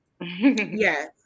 Yes